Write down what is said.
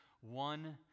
one